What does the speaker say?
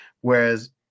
whereas